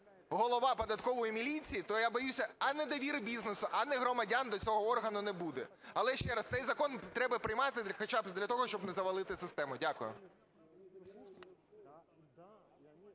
голова податкової міліції, то я боюся ані довіри бізнесу, ані громадян до цього органу не буде. Але ще раз, цей закон треба приймати хоча б для того, щоб не завалити систему. Дякую.